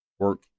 Work